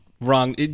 wrong